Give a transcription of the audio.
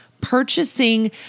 purchasing